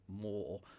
more